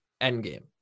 Endgame